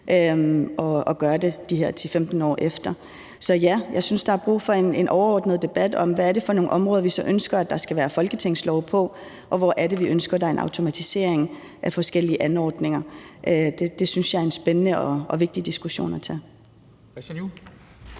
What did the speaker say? og gør det de her 10-15 år efter. Så ja, jeg synes, der er brug for en overordnet debat om, hvad det er for nogle områder, hvor vi ønsker at der skal være folketingslove, og hvor det er, vi ønsker, at der er en automatisering af forskellige anordninger. Det synes jeg er en spændende og vigtig diskussion at tage.